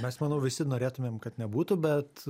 mes manau visi norėtumėm kad nebūtų bet